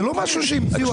זה לא משהו שהמציאו עכשיו.